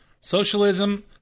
socialism